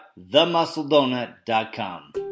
TheMuscleDonut.com